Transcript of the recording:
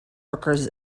workers